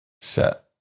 set